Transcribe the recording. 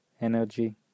energy